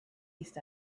ist